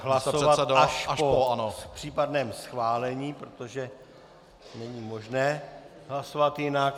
... hlasovat až po případném schválení, protože není možné hlasovat jinak.